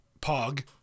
Pog